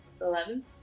Eleven